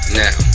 now